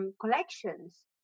collections